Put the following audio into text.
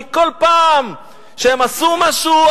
כי כל פעם שהם עשו משהו,